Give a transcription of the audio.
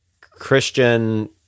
Christian